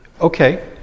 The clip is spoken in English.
okay